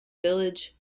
village